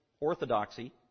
orthodoxy